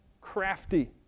crafty